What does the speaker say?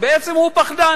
ולכן החוק הוא פחדן,